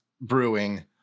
brewing